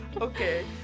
Okay